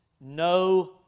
no